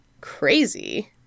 crazy